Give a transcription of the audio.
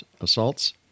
assaults